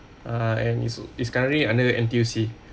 uh and is currently under the N_T_U_C